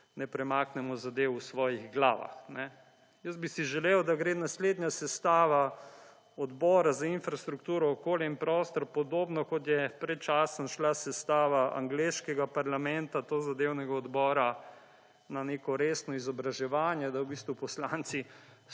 ne premaknemo zadev v svojih glavah. Jaz bi si želel, da gre naslednja sestava Odbora za infrastrukturo, okolje in prostor podobno kot je pred časom šla sestava angleškega parlamenta tozadevnega odbora na neko resno izobraževanje, da v bistvu poslanci